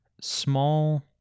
small